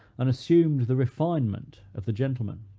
and assumed the refinement of the gentleman.